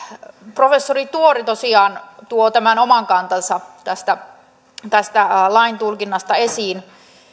professori tuori tosiaan tuo tämän oman kantansa tästä tästä lain tulkinnasta esiin